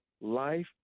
life